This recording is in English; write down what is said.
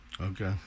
Okay